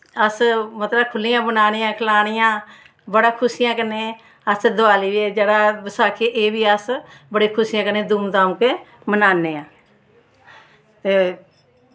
अस मतलब खुल्लियां बनानियां खानियां बड़ियां खुशियें कन्नै अस देयाली बी जेह्ड़ी बसाखी एह् बी अस बड़ी खुशियें कन्नै धूम धाम से मनान्ने आं ते